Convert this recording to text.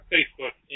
Facebook